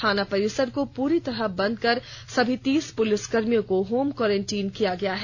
थाना परिसर को पूरी तरह बंद कर सभी तीस पुलिसकर्मियों को होम क्वारेंटिन कर दिया गया है